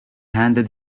handed